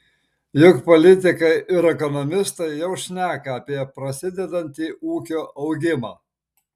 juk politikai ir ekonomistai jau šneka apie prasidedantį ūkio augimą